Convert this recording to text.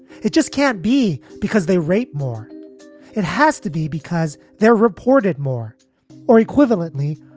it just can't be because they rape more it has to be because they're reported more or equivalently,